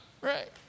right